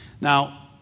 Now